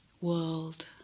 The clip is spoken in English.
world